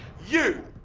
you,